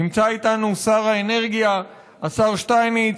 נמצא איתנו שר האנרגיה, השר שטייניץ,